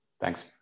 Thanks